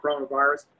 coronavirus